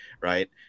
right